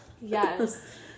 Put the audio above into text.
Yes